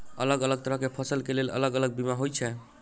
अलग अलग तरह केँ फसल केँ लेल अलग अलग बीमा होइ छै?